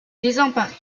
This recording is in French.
désemparée